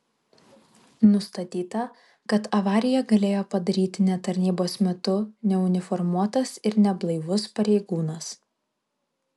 nustatyta kad avariją galėjo padaryti ne tarnybos metu neuniformuotas ir neblaivus pareigūnas